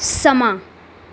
ਸਮਾਂ